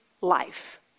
life